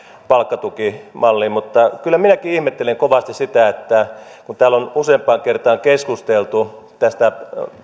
palkkatukimalliin mutta kyllä minäkin ihmettelen kovasti sitä kun täällä on useampaan kertaan keskusteltu tästä